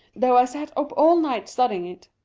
though i sat up all night studying it.